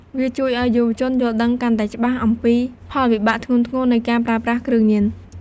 វាជួយឱ្យយុវជនយល់ដឹងកាន់តែច្បាស់ អំពីផលវិបាកធ្ងន់ធ្ងរនៃការប្រើប្រាស់គ្រឿងញៀន។